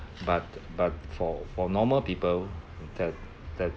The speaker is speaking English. but but for for normal people that that